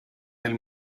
del